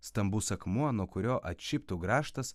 stambus akmuo nuo kurio atšiptų grąžtas